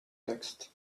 text